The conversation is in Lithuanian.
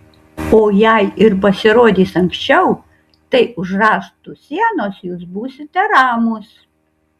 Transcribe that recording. o jei ir pasirodys anksčiau tai už rąstų sienos jūs būsite ramūs